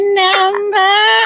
number